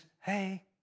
hey